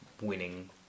winning